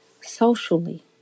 socially